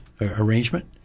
arrangement